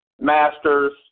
Masters